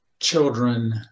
children